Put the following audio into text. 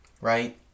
right